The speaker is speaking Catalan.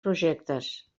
projectes